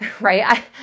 right